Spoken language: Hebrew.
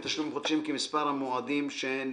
בתשלומים חודשיים כמספר המועדים שנדחו."